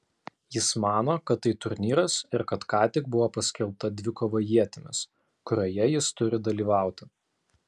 jis mano kad tai turnyras ir kad ką tik buvo paskelbta dvikova ietimis kurioje jis turi dalyvauti